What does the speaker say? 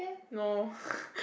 no